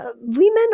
women